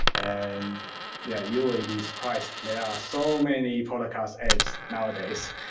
and yeah, you'd be surprised. there are so many podcast apps nowadays,